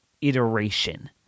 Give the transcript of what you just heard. iteration